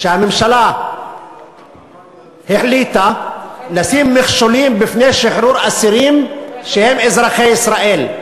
הממשלה החליטה לשים מכשולים בפני שחרור אסירים שהם אזרחי ישראל.